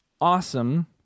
awesome